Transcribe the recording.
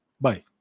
Bye